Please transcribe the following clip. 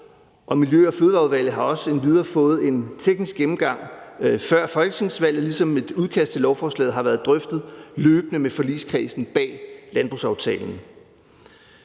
Miljø- og Fødevareudvalget har også endvidere fået en teknisk gennemgang før folketingsvalget, ligesom et udkast til lovforslaget har været drøftet løbende med forligskredsen bag landbrugsaftalen.